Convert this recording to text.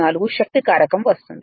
254 శక్తి కారకం వస్తుంది